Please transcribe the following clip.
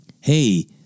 hey